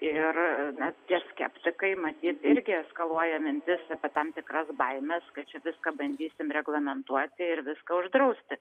ir na tie skeptikai matyt irgi eskaluoja mintis apie tam tikras baimes kad čia viską bandysim reglamentuoti ir viską uždrausti